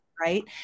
right